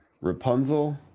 Rapunzel